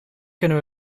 kunnen